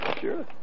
Sure